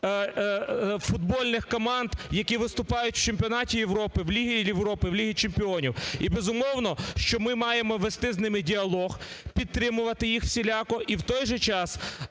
футбольних команд, які виступають в Чемпіонаті Європи, в Лізі Європи, в Лізі чемпіонів. І, безумовно, що ми маємо вести з ними діалог, підтримувати їх всіляко. І в той же час